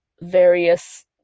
various